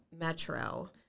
Metro